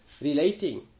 relating